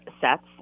sets